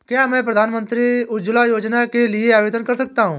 क्या मैं प्रधानमंत्री उज्ज्वला योजना के लिए आवेदन कर सकता हूँ?